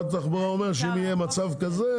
משרד התחבורה אומר שאם יהיה מצב כזה,